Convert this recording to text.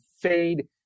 fade